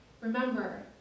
remember